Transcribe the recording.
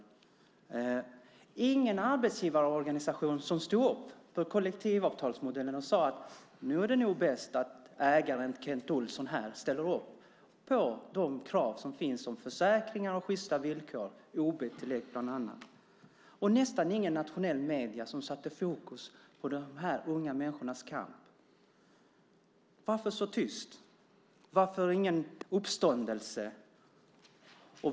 Det var ingen arbetsgivarorganisation som stod upp för kollektivavtalsmodellen och sade att det nog var bäst att ägaren Kent Olsson ställde upp på de krav som finns om försäkringar och sjysta villkor, bland annat ob-tillägg. Och det var nästan inga nationella medier som satte fokus på de här unga människornas kamp. Varför så tyst? Varför ingen uppståndelse?